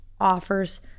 offers